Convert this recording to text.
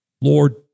Lord